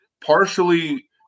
partially